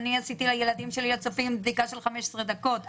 אני עשיתי לילדים שלי לצופים בדיקה של 15 דקות.